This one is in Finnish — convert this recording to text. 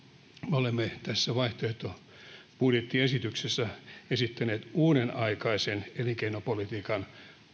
me olemme tässä vaihtoehtobudjettiesityksessä esittäneet uudenaikaisen elinkeinopolitiikan